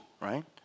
right